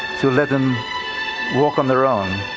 to let them walk on their own.